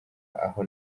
aho